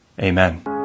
Amen